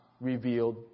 revealed